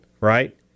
right